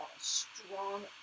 strong